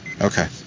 Okay